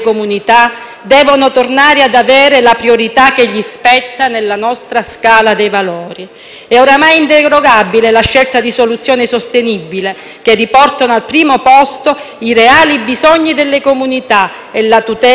È ormai inderogabile la scelta di soluzioni sostenibili, che riportino al primo posto i reali bisogni delle comunità e la tutela dell'ambiente, scalzando gli interessi di forme imprenditoriali sempre più aggressive.